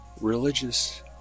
Religious